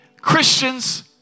Christians